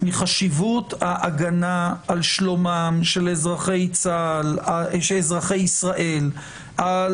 מחשיבות ההגנה על שלומם של אזרחי ישראל על